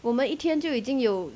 我们一天就已经有